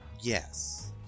yes